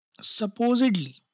supposedly